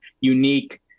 unique